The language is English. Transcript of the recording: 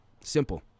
Simple